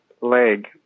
leg